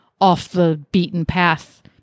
off-the-beaten-path